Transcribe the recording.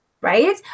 right